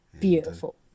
Beautiful